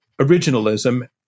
originalism